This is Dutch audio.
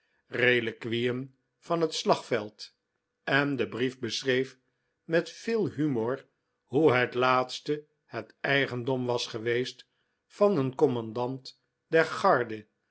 reliquieen van het slagveld en de brief beschreef met veel humor hoe het laatste het eigendom was geweest van een commandant der garde